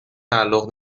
تعلق